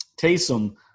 Taysom